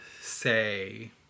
say